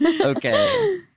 Okay